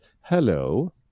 Hello